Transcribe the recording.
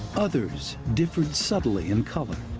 others differed subtly in color